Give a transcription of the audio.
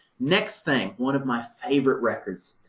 next thing, one of my favorite records.